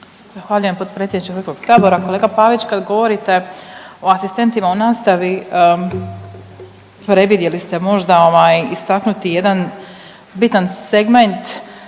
Zahvaljujem potpredsjedniče Hrvatskog sabora. Kolega Pavić kad govorite o asistentima u nastavi previdjeli ste možda ovaj istaknuti jedan bitan segment,